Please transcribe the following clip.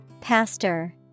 Pastor